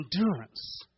endurance